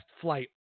flight